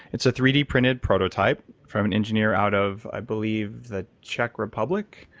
it's a three d printed prototype from an engineer out of, i believe, the czech republic.